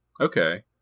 Okay